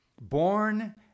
born